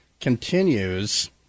continues